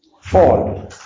fall